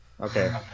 Okay